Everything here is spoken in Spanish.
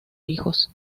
hijos